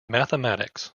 mathematics